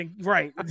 right